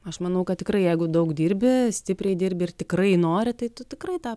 aš manau kad tikrai jeigu daug dirbi stipriai dirbi ir tikrai nori tai tu tikrai tą